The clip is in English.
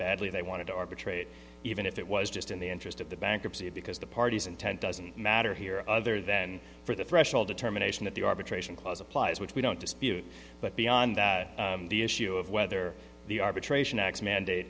badly they want to arbitrate even if it was just in the interest of the bankruptcy because the parties intent doesn't matter here other than for the threshold determination that the arbitration clause applies which we don't dispute but beyond that the issue of whether the arbitration acts mandate